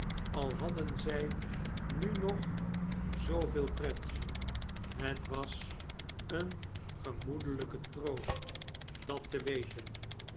al hadden zj nu nog zooveel pret het was een gemoedelyke troost dat te weten